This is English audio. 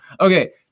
Okay